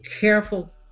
careful